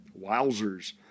wowzers